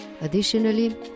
additionally